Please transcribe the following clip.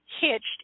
Hitched